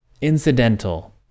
incidental